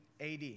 AD